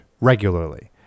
regularly